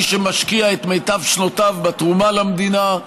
מי שמשקיע את מיטב שנותיו בתרומה למדינה,